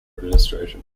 administration